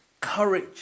courage